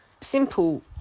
simple